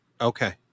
Okay